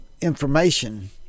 information